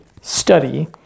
study